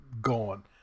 gone